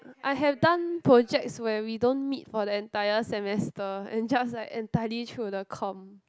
I have done projects where we don't meet for the entire semester and just like entirely through the com